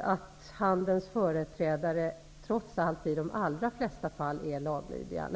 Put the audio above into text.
att handelns företrädare i de allra flesta fall är laglydiga.